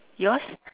yours